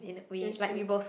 that's true